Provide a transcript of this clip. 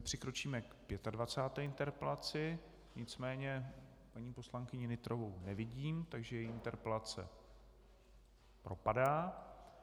Přikročíme k 25. interpelaci, nicméně paní poslankyni Nytrovou nevidím, takže její interpelace propadá.